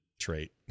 trait